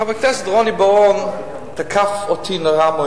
חבר הכנסת רוני בר-און תקף אותי מאוד.